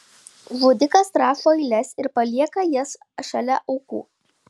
žudikas rašo eiles ir palieka jas šalia aukų